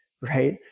right